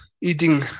eating